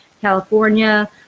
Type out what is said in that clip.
California